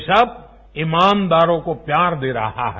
देश अब ईमानदारों को प्यार दे रहा है